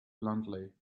bluntly